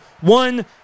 One